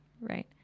right